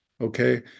okay